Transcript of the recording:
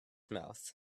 mouth